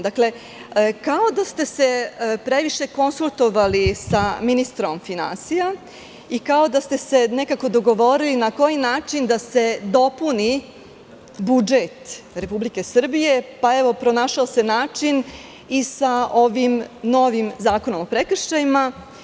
Dakle, kao da ste se previše konsultovali sa ministrom finansija i kao da ste se nekako dogovorili na koji način da se dopuni budžet Republike Srbije, pa, evo, pronašao se način i sa ovim novim zakonom o prekršajima.